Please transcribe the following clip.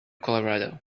colorado